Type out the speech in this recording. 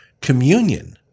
communion